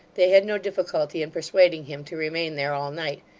they had no difficulty in persuading him to remain there all night,